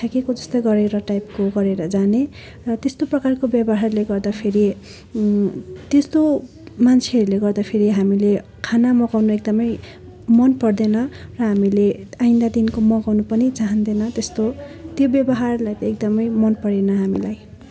फ्याँकेको जस्तो गरेर टाइपको गरेर जाने र त्यस्तो प्रकारको व्यवहारले गर्दाफेरि त्यस्तो मान्छेहरूले गर्दाखेरि हामीले खाना मगाउन एकदमै मन पर्दैन र हामीले आइन्दादेखिको मगाउन पनि चाहँदैन त्यस्तो त्यो व्यवहारलाई त एकदमै मनपरेन हामीलाई